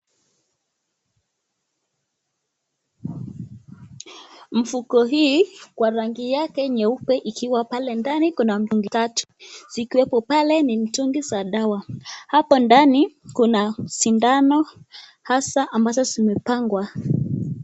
Mfuko hii kwa rangi yake nyeupe ikiwa pale ndani Kuna mtungi tatu , zikiwepo pale ni mtungi za dawa , hapo ndani Kuna sindano , hasa ambazo zimepangwa .